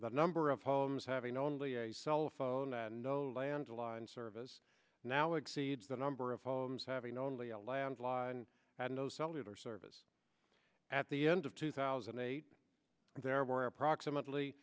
that number of homes having only a cellphone and landline service now exceeds the number of homes having only a landline had no cellular service at the end of two thousand and eight there were approximately